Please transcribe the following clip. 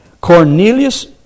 Cornelius